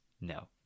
No